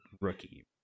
rookie